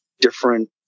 Different